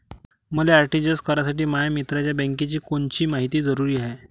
मले आर.टी.जी.एस करासाठी माया मित्राच्या बँकेची कोनची मायती जरुरी हाय?